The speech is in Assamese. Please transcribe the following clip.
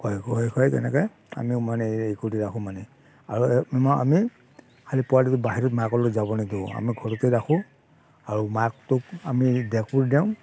খুৱাই খুৱাই খুৱাই তেনেকৈ আমি মানে এই কৰি ৰাখোঁ মানে আৰু এই মই আমি আমি পোৱালিটো বাহিৰত মাকৰ লগত যাব নিদিওঁ আমি ঘৰতে ৰাখোঁ আৰু মাকটোক আমি দেকুৰ দেওঁ